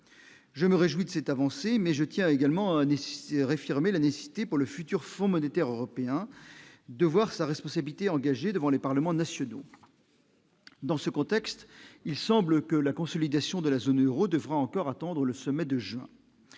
je me réjouis de cette avancée, mais je tiens également nécessité réaffirmer la nécessité pour le futur Fonds monétaire européen de voir sa responsabilité engagée devant les Parlements nationaux, dans ce contexte, il semble que la consolidation de la zone Euro, devra encore attendre le sommet de juin,